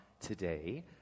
today